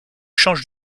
change